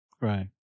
Right